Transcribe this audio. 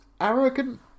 arrogant